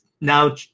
now